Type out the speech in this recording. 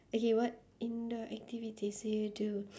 okay what indoor activities do you do